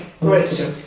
great